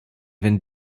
wenn